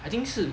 I think 是